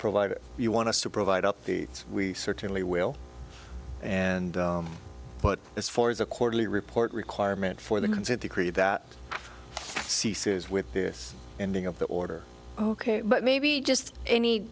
provide it you want us to provide updates we certainly will and put as far as a quarterly report requirement for the consent decree that ceases with this ending of the order ok but maybe just any